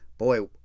Boy